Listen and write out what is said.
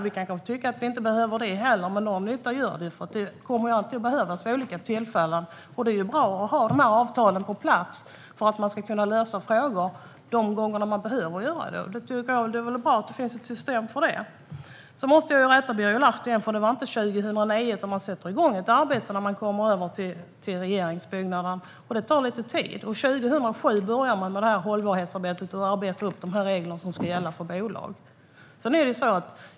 Vi kan kanske tycka att vi inte behöver det heller, men någon nytta gör det. Det kommer alltid att behövas vid olika tillfällen. Det är bra att ha de här avtalen på plats för att man ska kunna lösa frågor de gånger man behöver göra det. Det är väl bra att det finns ett system för det. Sedan måste jag rätta Birger Lahti igen. Det var inte 2009. Man satte igång ett arbete när man kom över till regeringsbyggnaden. Det tar lite tid. År 2007 började man med hållbarhetsarbetet, och man arbetade fram de regler som skulle gälla för bolag.